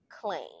claim